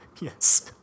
Yes